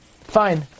Fine